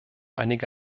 einige